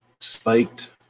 spiked